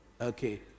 Okay